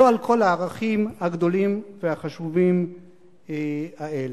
לא על כל הערכים הגדולים והחשובים האלה.